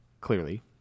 clearly